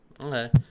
okay